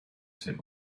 said